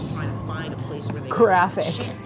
Graphic